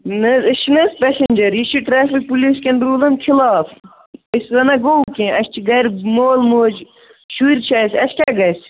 نہٕ حظ أسۍ چھِنہٕ حظ پٮ۪سٮ۪نجَر یہِ چھِ ٹرٛٮ۪فِک پُلیٖسکٮ۪ن روٗلَن خلاف اَسہِ زَنہ گوٚو کیٚنٛہہ اَسہِ چھِ گَرِ مول موج شُرۍ چھِ اَسہِ اَسہِ کیٛاہ گژھِ